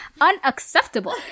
unacceptable